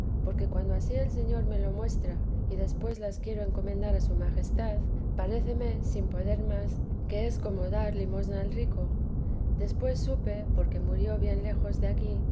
porque cuando ansí el señor me lo muestra y después las quiero encomendar a su majestad paréceme sin poder más que es como dar limosna al rico después supe porque murió bien lejos de aquí